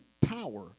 power